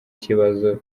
kibazo